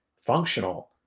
functional